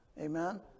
amen